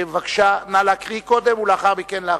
בבקשה, נא להקריא קודם ולאחר מכן להרחיב.